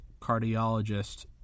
cardiologist